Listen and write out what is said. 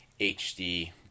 HD